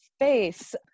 face